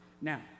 Now